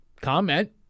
comment